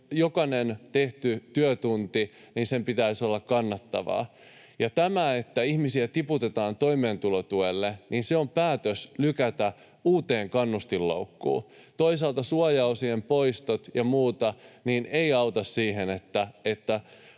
jokaisen tehdyn työtunnin pitäisi olla kannattava. Tämä, että ihmisiä tiputetaan toimeentulotuelle, on päätös lykätä uuteen kannustinloukkuun. Toisaalta suojaosien poistot ja muut eivät auta siihen, että